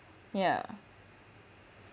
yeah